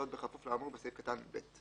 זאת בכפוף לאמור בסעיף קטן (ב)".